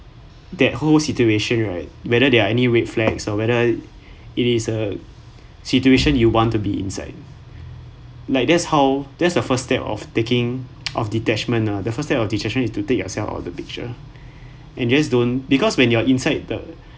that whole situation right whether there are any red flags or whether it is a situation you want to be inside like that's how that's the first step of taking of detachment ah the first step of detachment is to take yourself out of the picture and just don't because when you are inside the